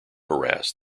harass